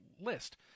list